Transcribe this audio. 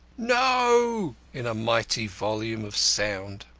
no! in a mighty volume of sound.